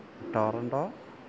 Toronto